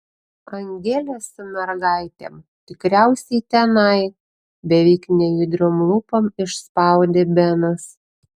angelė su mergaitėm tikriausiai tenai beveik nejudriom lūpom išspaudė benas